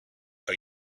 are